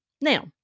Now